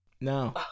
No